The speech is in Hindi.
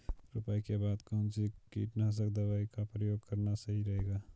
रुपाई के बाद कौन सी कीटनाशक दवाई का प्रयोग करना सही रहेगा?